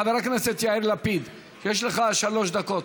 חבר הכנסת יאיר לפיד, יש לך שלוש דקות.